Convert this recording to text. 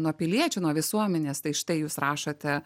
nuo piliečių nuo visuomenės tai štai jūs rašote